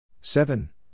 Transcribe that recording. Seven